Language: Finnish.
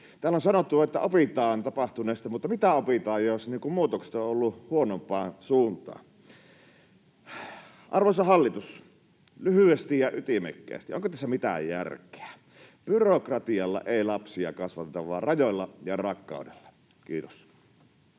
Täällä on sanottu, että opitaan tapahtuneista, mutta mitä opitaan, jos muutokset ovat olleet huonompaan suuntaan? Arvoisa hallitus, lyhyesti ja ytimekkäästi: onko tässä mitään järkeä? Byrokratialla ei lapsia kasvateta vaan rajoilla ja rakkaudella. — Kiitos.